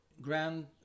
grand